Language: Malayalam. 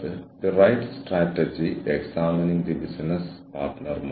ഇത് ഒരു നെറ്റ്വർക്ക് ലോകത്തെ ഹ്യൂമൻ റിസോഴ്സ് മാനേജ്മെന്റാണ്